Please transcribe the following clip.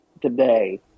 today